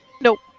nope